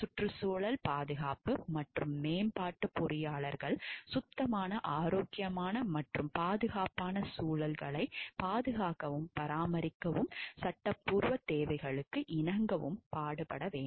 சுற்றுச்சூழல் பாதுகாப்பு மற்றும் மேம்பாட்டுப் பொறியாளர்கள் சுத்தமான ஆரோக்கியமான மற்றும் பாதுகாப்பான சூழல்களைப் பாதுகாக்கவும் பராமரிக்கவும் சட்டப்பூர்வ தேவைகளுக்கு இணங்கவும் பாடுபட வேண்டும்